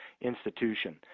institution